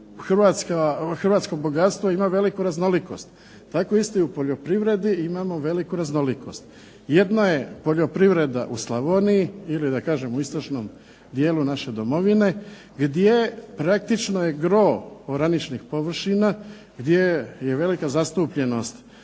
hrvatsko bogatstvo ima veliku raznolikost. Tako isto i u poljoprivredi imamo veliku raznolikost. Jedno je poljoprivreda u Slavoniji ili da kažem u istočnom dijelu naše Domovine gdje praktično je gro oraničnih površina, gdje je velika zastupljenost